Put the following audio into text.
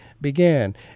Began